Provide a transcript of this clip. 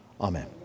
Amen